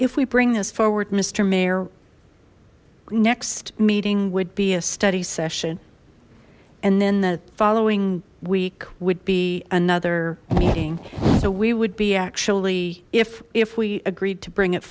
if we bring this forward mister mayor next meeting would be a study session and then the following week would be another meeting so we would be actually if if we agreed to bring it